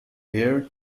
here